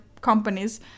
companies